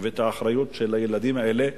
ואת האחריות לילדים האלה.